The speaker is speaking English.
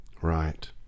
right